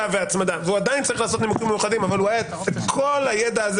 והצמדה והוא עדיין צריך לעשות נימוקים מיוחדים אבל כל הידע הזה